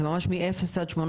ממש מ-0-18.